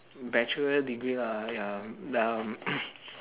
bachelor degree lah ya mm um